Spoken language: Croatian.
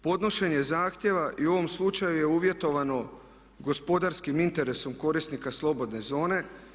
Podnošenje zahtjeva i u ovom slučaju je uvjetovano gospodarskim interesom korisnika slobodne zone.